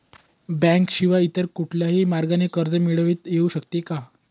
बँकेशिवाय इतर कुठल्या मार्गाने कर्ज मिळविता येऊ शकते का?